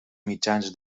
mitjans